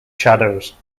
shadows